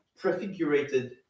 prefigurated